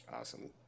Awesome